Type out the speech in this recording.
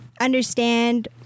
understand